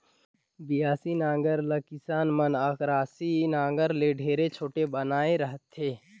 बियासी नांगर ल किसान मन अकरासी नागर ले ढेरे छोटे बनाए रहथे